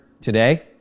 today